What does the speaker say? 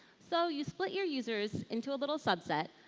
so you split your users into a little subset,